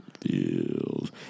feels